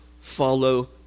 follow